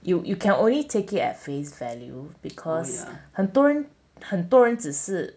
you you can only take it at face value because 很多人很多人只是